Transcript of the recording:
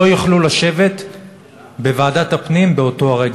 לא יוכלו לשבת בוועדת הפנים באותו רגע